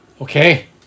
Okay